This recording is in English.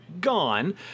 Gone